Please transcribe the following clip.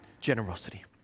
generosity